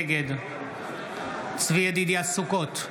נגד צבי ידידיה סוכות,